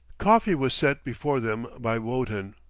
coffee was set before them by wotton,